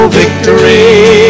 victory